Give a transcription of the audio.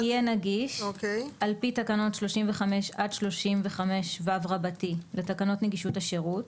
יהיה נגיש על פי תקנות 35 עד 35ו לתקנות נגישות השירות